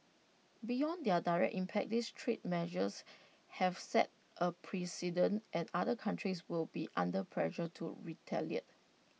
beyond their direct impact these trade measures have set A precedent and other countries will be under pressure to retaliate